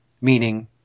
meaning